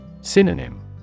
Synonym